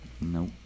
Nope